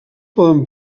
poden